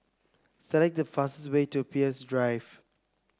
select the fastest way to Peirce Drive